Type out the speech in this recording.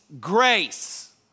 grace